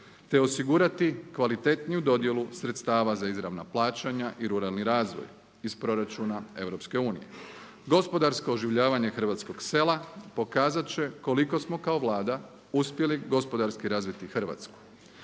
te osigurati kvalitetniju dodjelu sredstava za izravna plaćanja i ruralni razvoj iz proračuna EU. Gospodarsko oživljavanje hrvatskog sela pokazat će koliko smo kao Vlada uspjeli gospodarski razviti Hrvatsku.